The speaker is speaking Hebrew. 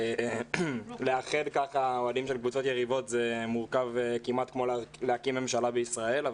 לאחד אוהדים של קבוצות יריבות זה מורכב כמעט כמו להקים ממשלה בישראל,